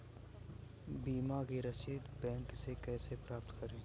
बीमा की रसीद बैंक से कैसे प्राप्त करें?